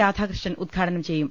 രാധാകൃഷ്ണൻ ഉദ്ഘാടനം ചെയ്യും